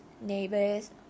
neighbors